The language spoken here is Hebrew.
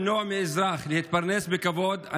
למנוע מאזרח להתפרנס בכבוד.